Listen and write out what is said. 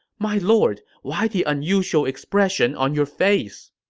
my lord, why the unusual expression on your face?